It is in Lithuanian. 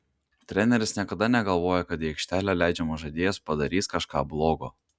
treneris niekada negalvoja kad į aikštelę leidžiamas žaidėjas padarys kažką blogo